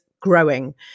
Growing